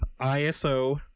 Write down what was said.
ISO